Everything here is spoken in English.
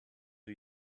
who